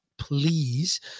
Please